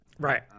Right